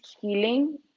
healing